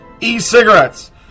e-cigarettes